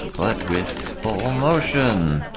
but with full motion.